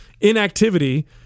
Inactivity